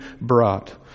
brought